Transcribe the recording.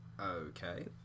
Okay